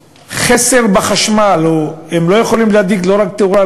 החסר בחשמל הם לא יכולים להדליק לא רק תאורה,